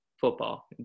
football